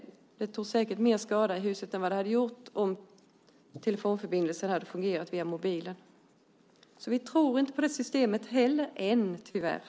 Det gjorde säkert mer skada för huset än vad det hade gjort om telefonförbindelsen hade fungerat via mobilen. Så vi tror inte på det systemet heller än, tyvärr.